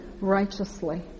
righteously